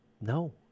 No